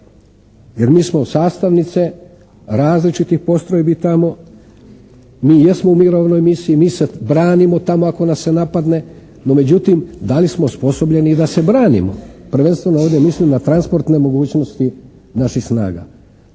jer mi smo sastavnice različitih postrojbi tamo. Mi jesmo u mirovnoj misiji. Mi se branimo tamo ako nas se napadne. No međutim, da li smo osposobljeni i da se branimo. Prvenstveno ovdje mislim na transportne mogućnosti naših snaga.